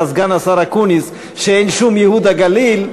סגן השר אקוניס שאין שום ייהוד הגליל,